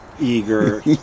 eager